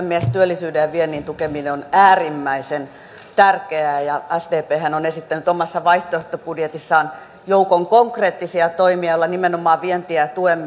työllisyyden ja viennin tukeminen on äärimmäisen tärkeää ja sdphän on esittänyt omassa vaihtoehtobudjetissaan joukon konkreettisia toimia joilla nimenomaan vientiä tuemme